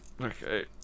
Okay